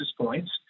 points